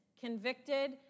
convicted